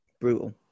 brutal